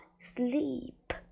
sleep